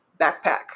backpack